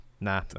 Nah